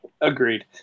Agreed